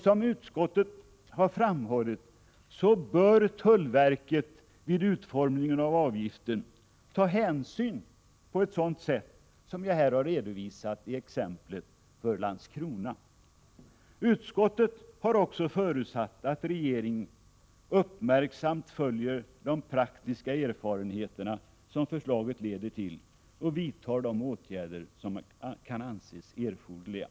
Som utskottet har framhållit bör tullverket vid utformningen av avgiften ta sådana hänsyn som jag här har redovisat i exemplet som gällde Landskrona. Utskottet har också förutsatt att regeringen uppmärksamt följer de praktiska erfarenheter som förslaget leder till och vidtar de åtgärder som kan anses erforderliga.